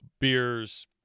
beers